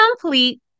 complete